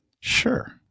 Sure